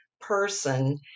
person